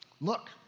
Look